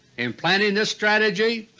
in planning this strategy,